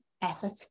effort